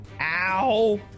Ow